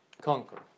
conquer